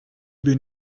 bin